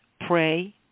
pray